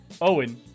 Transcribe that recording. Owen